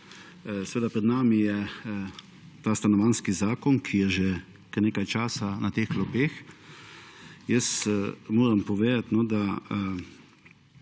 Seveda, pred nami je ta Stanovanjski zakon, ki je že kar nekaj časa na teh klopeh. Jaz moram povedat,